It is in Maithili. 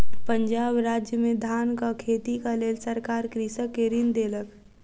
पंजाब राज्य में धानक खेतीक लेल सरकार कृषक के ऋण देलक